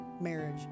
marriage